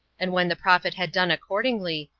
and when the prophet had done accordingly,